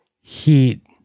heat